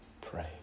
pray